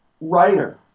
writer